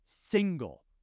single